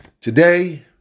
Today